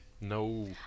No